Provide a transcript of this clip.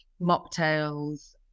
mocktails